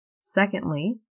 Secondly